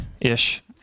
ish